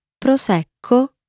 prosecco